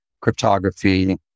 cryptography